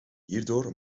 hierdoor